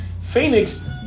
Phoenix